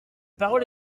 parole